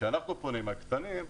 כשאנחנו פונים, הקטנים,